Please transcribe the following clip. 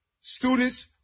Students